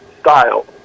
style